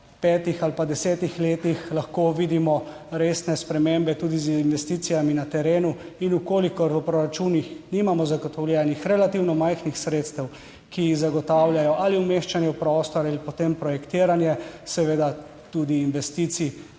v petih ali desetih letih lahko vidimo resne spremembe, tudi z investicijami na terenu in v kolikor v proračunih nimamo zagotovljenih relativno majhnih sredstev, ki zagotavljajo ali umeščanje v prostor ali potem projektiranje, seveda tudi investicij v,